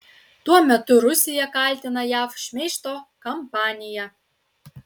tuo metu rusija kaltina jav šmeižto kampanija